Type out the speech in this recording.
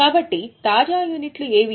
కాబట్టి తాజా యూనిట్లు ఏవి